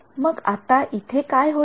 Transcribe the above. मग आता इथे काय होईल